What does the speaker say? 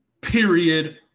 Period